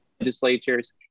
legislatures